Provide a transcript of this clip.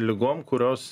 ligom kurios